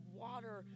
water